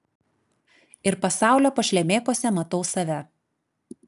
ir pasaulio pašlemėkuose matau save